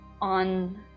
on